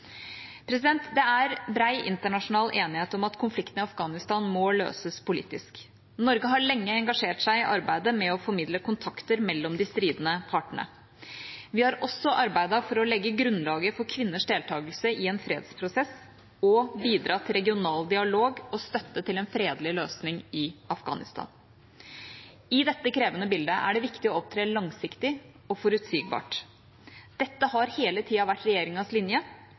Det er bred internasjonal enighet om at konflikten i Afghanistan må løses politisk. Norge har lenge engasjert seg i arbeidet med å formidle kontakter mellom de stridende partene. Vi har også arbeidet for å legge grunnlaget for kvinners deltagelse i en fredsprosess og bidratt til regional dialog og støtte til en fredelig løsning i Afghanistan. I dette krevende bildet er det viktig å opptre langsiktig og forutsigbart. Dette har hele tida vært regjeringas linje,